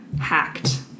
hacked